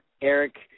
Eric